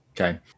Okay